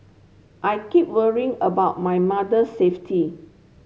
I keep worrying about my mother safety